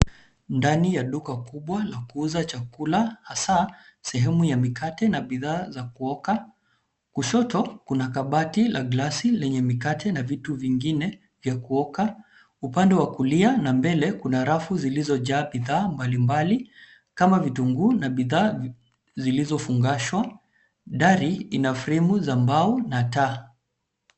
Ndani ya duka kubwa la kuuza chakula hasa sehemu ya mikate na bidhaa za kutoka. Kushoto kuna kabati la glasi lenye mikate na vitu vingine vya kuoka upande wa kulia na mbele kuna rafu zilizojaa bidhaa mbalimbali kama vitunguu na bidhaa zilizofungashwa. Dari ina fremu za mbao na taa.